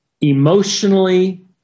emotionally